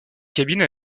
cabines